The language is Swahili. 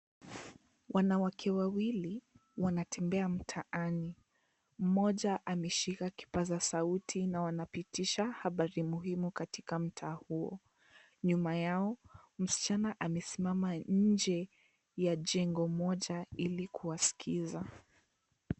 Wanawake wawili, wanatembea mtaani. Mmoja ameshika kipaza sauti na wanapitisha habari muhimu katika mtaa huu. Nyuma yao, msichana amesimama nje ya jengo moja, ili kuwasikiza.